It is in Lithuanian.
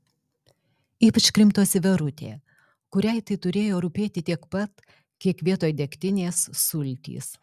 ypač krimtosi verutė kuriai tai turėjo rūpėti tiek pat kiek vietoj degtinės sultys